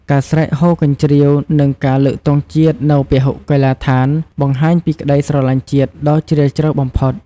ការស្រែកហ៊ោកញ្ជ្រៀវ និងការលើកទង់ជាតិនៅពហុកីឡដ្ឋាន បង្ហាញពីក្តីស្រលាញ់ជាតិដ៏ជ្រាលជ្រៅបំផុត។